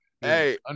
Hey